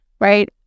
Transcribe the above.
right